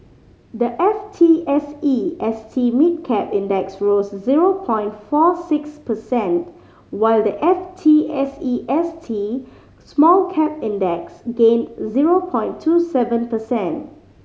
the F T S E S T Mid Cap Index rose zero point four six percent while the F T S E S T Small Cap Index gained zero point two seven percent